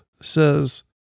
says